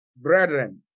brethren